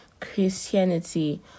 Christianity